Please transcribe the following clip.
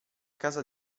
casa